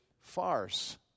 farce